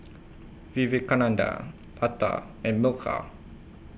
Vivekananda Lata and Milkha